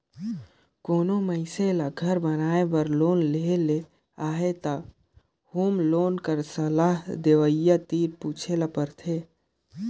कोनो मइनसे ल घर बनाए बर लोन लेहे ले अहे त होम लोन कर सलाह देवइया तीर पूछे ल परथे